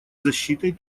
защитой